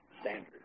standard